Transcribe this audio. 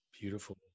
beautiful